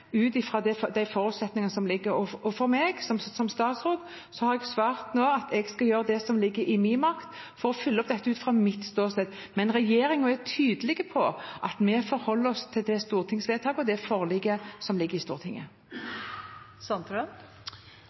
ut fra de forutsetningene som ligger, og jeg som statsråd har svart nå at jeg skal gjøre det som ligger i min makt, for å følge opp dette ut fra mitt ståsted. Men regjeringen er tydelig på at vi forholder oss til stortingsvedtaket og det forliket som ligger i Stortinget. Nils Kristen Sandtrøen